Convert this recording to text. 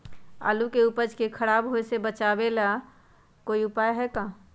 आलू के उपज के खराब होवे से बचाबे ठंडा घर के अलावा कोई और भी उपाय है का?